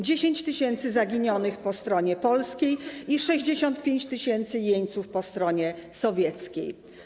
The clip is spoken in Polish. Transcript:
10 tys. zaginionych po stronie polskiej i 65 tys. jeńców po stronie sowieckiej.